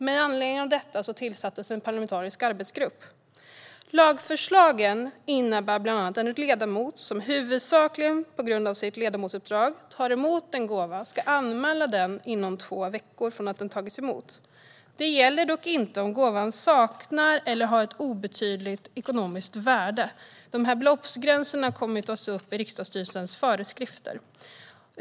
Med anledning av detta tillsattes en parlamentarisk arbetsgrupp. Lagförslagen innebär bland annat att en ledamot som huvudsakligen på grund av sitt ledamotsuppdrag tar emot en gåva ska anmäla den inom två veckor från att den har tagits emot. Det gäller dock inte om gåvan saknar eller har ett obetydligt ekonomiskt värde. Beloppsgränserna kommer att tas upp i riksdagsstyrelsens föreskrifter.